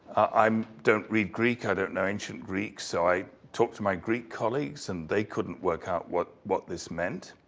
i um don't read greek, i don't know ancient greek, so i talked to my greek colleagues and they couldn't work out what what this meant.